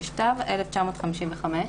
תשט"ו-1955".